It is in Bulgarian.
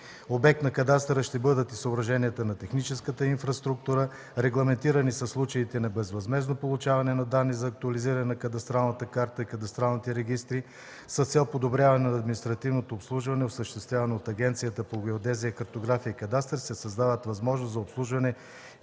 Обект на кадастъра ще бъдат съоръженията на техническата инфраструктура. Регламентирани са случаите на безвъзмездно получаване на данни за актуализиране на кадастралната карта и кадастралните регистри. С цел подобряване административното обслужване, осъществявано от Агенцията по геодезия, картография и кадастър, се създават възможности за обслужване